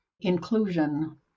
inclusion